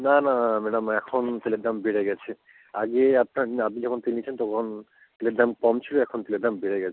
না না না ম্যাডাম এখন তেলের দাম বেড়ে গেছে আগে আপনার আপনি যখন কিনেছেন তখন তেলের দাম কম ছিলো এখন তেলের দাম বেড়ে গেছে